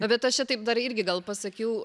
na bet aš čia taip dar irgi gal pasakiau